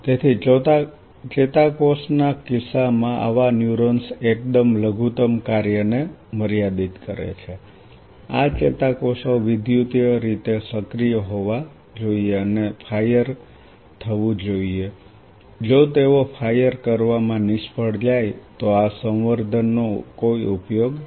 તેથી ચેતાકોષના કિસ્સામાં આવા ન્યુરોન્સ એકદમ લઘુત્તમ કાર્યને મર્યાદિત કરે છે આ ચેતાકોષો વિદ્યુતીય રીતે સક્રિય હોવા જોઈએ અને ફાયર થવું જોઈએ જો તેઓ ફાયર કરવામાં નિષ્ફળ જાય તો આ સંવર્ધન નો કોઈ ઉપયોગ નથી